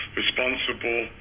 responsible